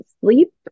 sleep